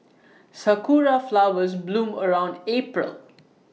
Sakura Flowers bloom around April